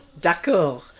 D'accord